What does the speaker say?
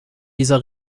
dieser